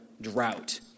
drought